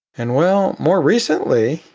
and well, more recently,